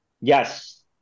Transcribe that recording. yes